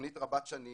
תוכנית רבת שנים,